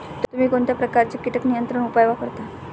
तुम्ही कोणत्या प्रकारचे कीटक नियंत्रण उपाय वापरता?